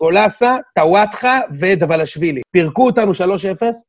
אולסה, טעותך ודבלשבילי. פירקו אותנו 3-0.